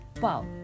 Wow